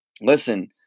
listen